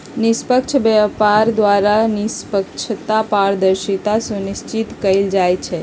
निष्पक्ष व्यापार द्वारा निष्पक्षता, पारदर्शिता सुनिश्चित कएल जाइ छइ